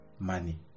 money